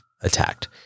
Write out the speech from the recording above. attacked